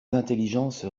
intelligences